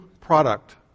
product